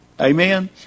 Amen